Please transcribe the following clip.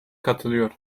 katılıyor